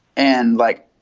and like,